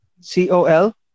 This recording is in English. C-O-L